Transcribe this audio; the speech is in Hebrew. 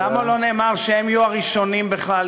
למה לא נאמר שהם יהיו הראשונים בכלל